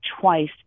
twice